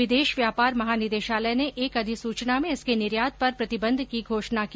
विदेश व्यापार महानिदेशालय ने एक अधिसूचना में इसके निर्यात पर प्रतिबंध की घोषणा की